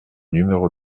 numéro